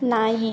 ನಾಯಿ